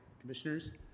commissioners